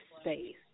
space